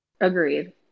Agreed